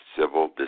civil